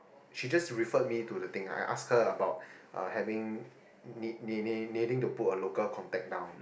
she just referred me to the thing I asked her about uh having need need needing to put a local contact down